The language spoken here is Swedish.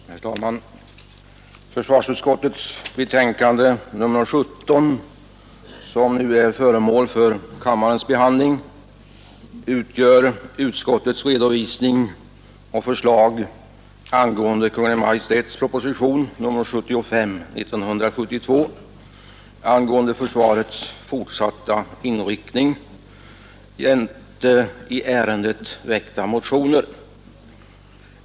Herr talman! Försvarsutskottets betänkande nr 17, som nu är föremål för kammarens behandling, utgör utskottets redovisning och förslag rörande Kungl. Maj:ts proposition nr 75 år 1972 angående försvarets fortsatta inriktning jämte i ärendet väckta motioner.